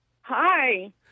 Hi